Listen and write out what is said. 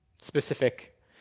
specific